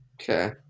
Okay